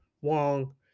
Wong